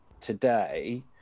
today